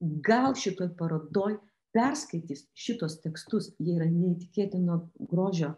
gal šitoj parodoj perskaitys šituos tekstus jie yra neįtikėtino grožio